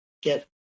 get